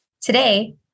Today